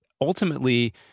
ultimately